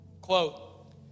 quote